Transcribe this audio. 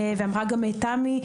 ואמרה גם תמי,